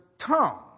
tongue